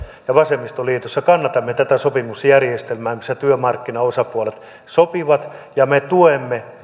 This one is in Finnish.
ja vasemmistoliitossa kannatamme tätä sopimusjärjestelmää jossa työmarkkinaosapuolet sopivat ja me tuemme